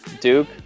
Duke